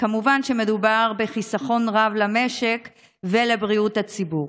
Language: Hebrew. וכמובן שמדובר בחיסכון רב למשק ולבריאות הציבור,